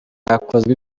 hakozwe